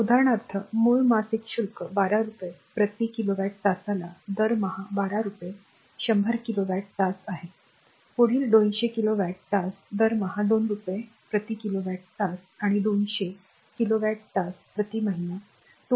उदाहरणार्थ मूळ मासिक शुल्क 12 रुपये प्रति किलोवॅट तासाला दरमहा 12 रुपये 100 किलोवॅट तास आहे पुढील 200 किलोवॅट तास दरमहा 2 रुपये प्रति किलोवॅट तास आणि 200 किलोवॅट तास प्रती महिना 2